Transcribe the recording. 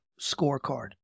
scorecard